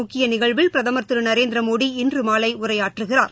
முக்கிய நிகழ்வில் பிரதமர் திரு நரேந்திரமோடி இன்று மாலை உரையாற்றுகிறார்